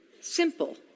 simple